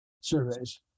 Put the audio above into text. surveys